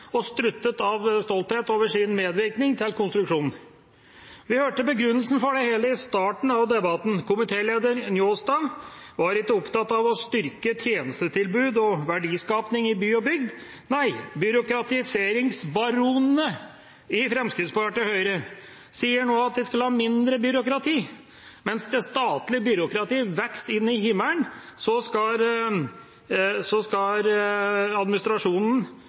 og struttet av stolthet over sin medvirkning til konstruksjonen. Vi hørte begrunnelsen for det hele i starten av debatten. Komitéleder Njåstad var ikke opptatt av å styrke tjenestetilbud og verdiskaping i by og bygd. Nei, byråkratiseringsbaronene i Fremskrittspartiet og Høyre sier nå at de skal ha mindre byråkrati. Mens det statlige byråkratiet vokser inn i himmelen, skal administrasjonen